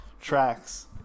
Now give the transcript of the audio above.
tracks